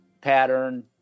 pattern